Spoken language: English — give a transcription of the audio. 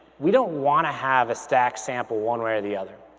we don't wanna have a stack sample one way or the other.